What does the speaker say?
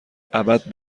ابد